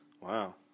Wow